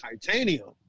Titanium